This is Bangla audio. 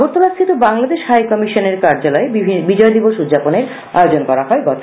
আগরতলাস্থিত বাংলাদেশ সহকারী হাই কমিশনের কার্যালয়ে বিজয় দিবস উদযাপনের আয়োজন করা হত